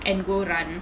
and go run